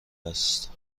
است